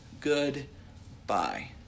goodbye